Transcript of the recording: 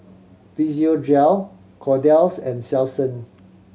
Physiogel Kordel's and Selsun